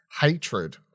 hatred